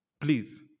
Please